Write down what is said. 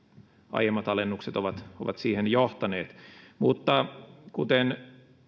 aiemmat alennukset ovat ovat siihen johtaneet mutta kuten